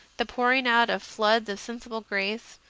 the pouring out of floods of sensible grace,